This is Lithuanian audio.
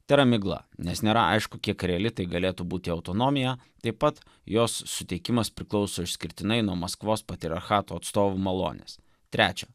tai yra miglą nes nėra aišku kiek reali tai galėtų būti autonomija taip pat jos suteikimas priklauso išskirtinai nuo maskvos patriarchato atstovų malonės trečia